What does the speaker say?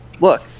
look –